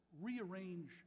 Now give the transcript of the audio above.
rearrange